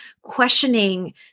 questioning